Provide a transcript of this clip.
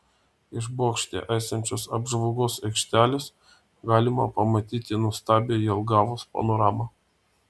iš bokšte esančios apžvalgos aikštelės galima pamatyti nuostabią jelgavos panoramą